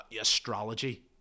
Astrology